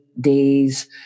days